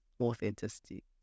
authenticity